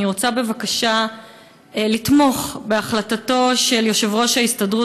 אני רוצה בבקשה לתמוך בהחלטתו של יושב-ראש ההסתדרות